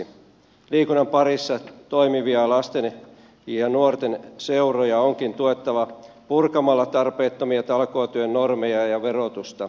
liikunnan parissa toimivia lasten ja nuorten seuroja onkin tuettava purkamalla tarpeettomia talkootyön normeja ja verotusta